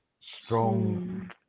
strong